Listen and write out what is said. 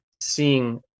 seeing